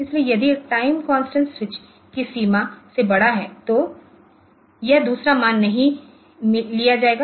इसलिए यदि time constant switch की सीमा से बड़ा है तो यह दूसरा मान नहीं लिया जाएगा